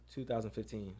2015